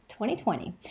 2020